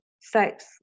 sex